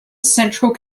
central